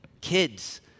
Kids